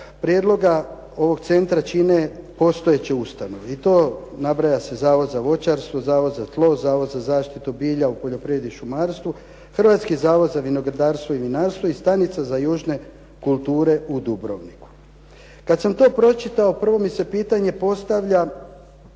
prijedloga ovog centra čine postojeće ustanove i to nabraja se Zavod za voćarstvo, Zavod za tlo, Zavod za zaštitu bilja u poljoprivredi i šumarstvu, Hrvatski zavod za vinogradarstvo i vinarstvo i stanica za južne kulture u Dubrovniku. Kad sam to pročitao prvo mi se pitanje postavlja